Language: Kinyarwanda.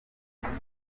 jackie